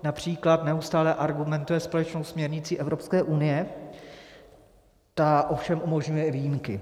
Například neustále argumentuje společnou směrnicí Evropské unie, ta ovšem umožňuje i výjimky.